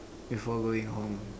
before going home